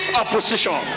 opposition